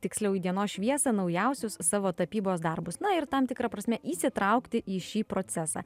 tiksliau į dienos šviesą naujausius savo tapybos darbus na ir tam tikra prasme įsitraukti į šį procesą